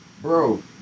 Bro